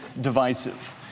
divisive